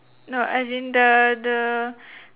no as in the the